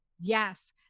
yes